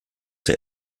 der